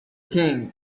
king